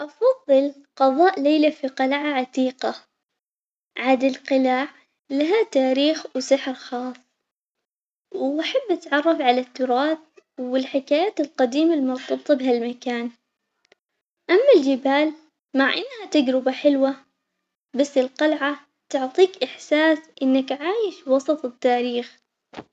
أفضل قضاء ليلة في قلعة عتيقة عاد القلاع لها تاريخ وسحر خاص، وأحب أتعرف على التراث والحكايات القديمة المرتبطة بهالمكان أما الجبال مع إنها تجربة حلوة بس القلعة تعطيك إحساس إنك عايش وسط التاريخ.